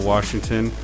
Washington